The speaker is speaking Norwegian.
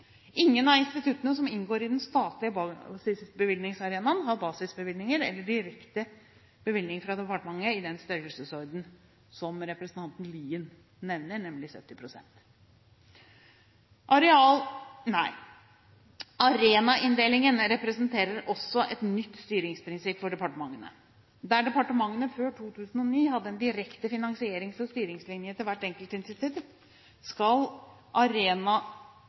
Ingen av instituttene som inngår i den statlige basisbevilgningsarenaen, har basisbevilgninger eller direkte bevilgning fra departementet i den størrelsesorden som representanten Lien nevner – nemlig 70 pst. Arenainndelingen representerer også et nytt styringsprinsipp for departementene. Der departementene før 2009 hadde en direkte finansierings- og styringslinje til hvert enkelt institutt, skal